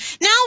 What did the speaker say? Now